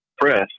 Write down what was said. press